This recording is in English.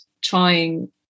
trying